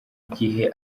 gihe